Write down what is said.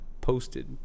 Posted